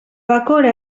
bacora